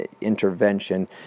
intervention